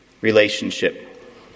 Relationship